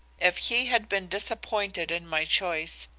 if he had been disappointed in my choice,